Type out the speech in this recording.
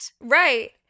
Right